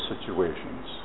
situations